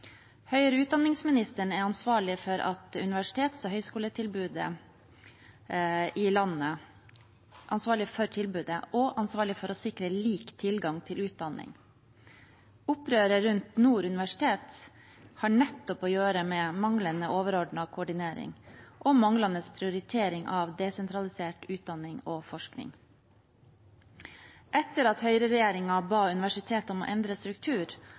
høyere utdanning er ansvarlig for universitets- og høyskoletilbudet i landet og for å sikre lik tilgang til utdanning. Opprøret rundt Nord universitet har nettopp å gjøre med manglende overordnet koordinering og manglende prioritering av desentralisert utdanning og forskning. Etter at høyreregjeringen ba universitetene endre struktur,